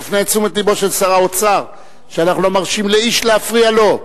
תפנה את תשומת לבו של שר האוצר שאנחנו לא מרשים לאיש להפריע לו.